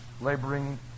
laboring